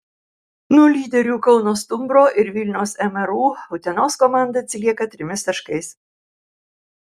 nuo lyderių kauno stumbro ir vilniaus mru utenos komanda atsilieka trimis taškais